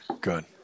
Good